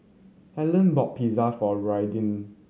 Hellen bought Pizza for Raiden